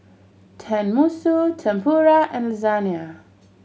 Tenmusu Tempura and Lasagne